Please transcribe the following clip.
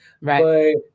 Right